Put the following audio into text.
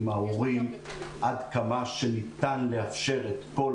עם ההורים עד כמה שניתן לאפשר את כל